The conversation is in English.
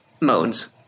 modes